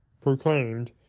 proclaimed